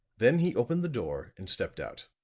then he opened the door and stepped out.